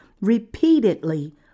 repeatedly